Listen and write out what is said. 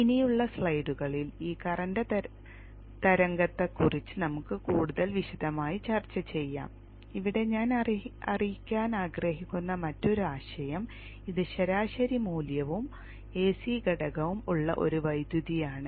ഇനിയുള്ള സ്ലൈഡുകളിൽ ഈ കറന്റ് തരംഗ രൂപത്തെക്കുറിച്ച് നമ്മൾക്ക് കൂടുതൽ വിശദമായി ചർച്ച ചെയ്യാം ഇവിടെ ഞാൻ അറിയിക്കാൻ ആഗ്രഹിക്കുന്ന മറ്റൊരു ആശയം ഇത് ശരാശരി മൂല്യവും എസി ഘടകവും ഉള്ള ഒരു വൈദ്യുതിയാണ്